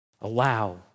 Allow